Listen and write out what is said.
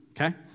okay